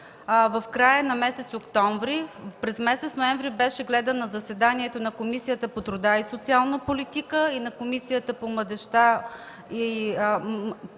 в края на месец октомври. През месец ноември беше гледан на заседание на Комисията по труда и социалната политика, Комисията по образованието